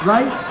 Right